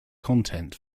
content